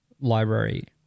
library